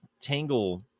tangle